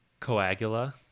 coagula